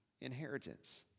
inheritance